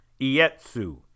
Ietsu